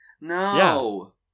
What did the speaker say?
No